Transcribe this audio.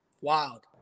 wild